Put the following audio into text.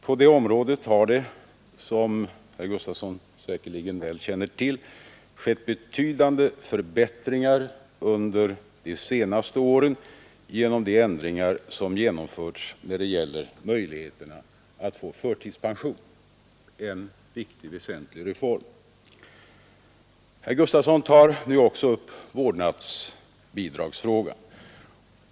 På det området har det, som herr Gustavsson i Alvesta säkerligen väl känner till, skett betydande förbättringar under de senaste åren genom de ändringar som genomförts när det gäller möjligheterna att få förtidspension — en väsentlig reform. Herr Gustavsson tar nu också upp vårdnadsbidragsfrågan.